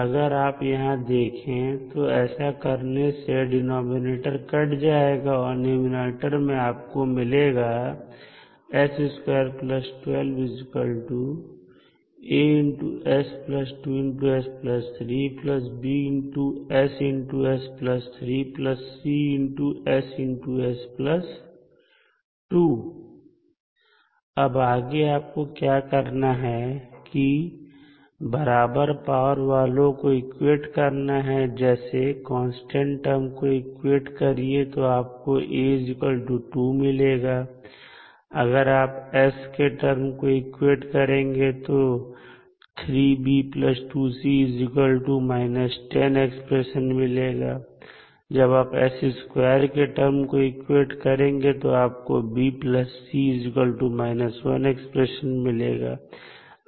अगर आप यहां देखें तो ऐसा करने से डिनॉमिनेटर कट जाएगा और न्यूमैरेटर में आपको मिलेगा अब आगे आपको क्या करना है कि बराबर पावर वालों को इक्वेट करना है जैसे कांस्टेंट टर्म को इक्वेट करिए तो आप को A2 मिलेगा और अगर आप s के टर्म को इक्वेट करेंगे तो आपको 3B 2C −10 एक्सप्रेशन मिलेगा और जब आप s2 की टर्म को इक्वेट करेंगे तो आपको B C −1 एक्सप्रेशन मिलेगा